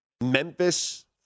Memphis